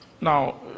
now